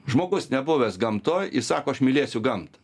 žmogus nebuvęs gamtoj jis sako aš mylėsiu gamtą